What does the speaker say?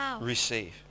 Receive